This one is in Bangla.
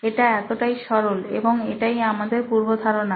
এটা এতটাই সরল এবং এটাই আমাদের পূর্ব ধারণা